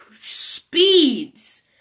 speeds